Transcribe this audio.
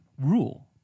rule